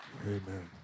Amen